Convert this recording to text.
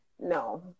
No